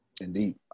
Indeed